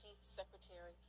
Secretary